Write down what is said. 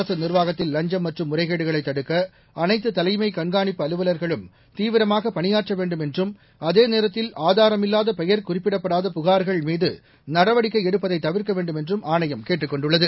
அரசு நிர்வாகத்தில் லஞ்சம் மற்றும் முறைகேடுகளை தடுக்க அனைத்து தலைஎம் கண்கானிப்பு அலுவல்களும் தீவிரமாக பணியாற்ற வேண்டும் என்றும் அதேநேத்தில் ஆதாரமில்வாத பெயர் குறிப்பிடப்படாத புகார்கள் மீது நடவடிக்கை எடுப்பதை தவிர்க்க வேண்டும் என்றும் ஆணையம் கேட்டுக் கொண்டுள்ளது